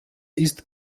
ist